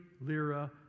Lira